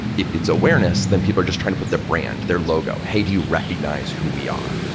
if it's awareness, then people are just trying to put their brand, their logo, hey, do you recognize who we are?